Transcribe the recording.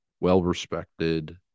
well-respected